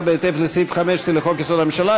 בהתאם לסעיף 15 לחוק-יסוד: הממשלה,